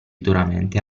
duramente